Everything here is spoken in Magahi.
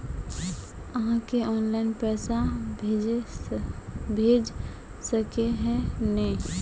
आहाँ के ऑनलाइन पैसा भेज सके है नय?